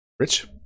Rich